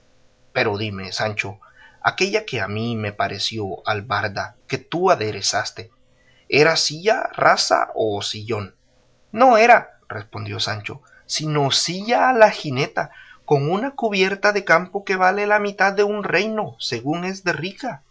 pero dime sancho aquella que a mí me pareció albarda que tú aderezaste era silla rasa o sillón no era respondió sancho sino silla a la jineta con una cubierta de campo que vale la mitad de un reino según es de rica